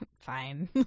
Fine